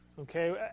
Okay